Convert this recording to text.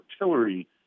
artillery